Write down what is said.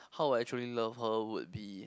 how would I truly love her would be